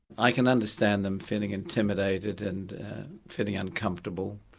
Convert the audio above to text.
i can understand them feeling intimidated and feeling uncomfortable.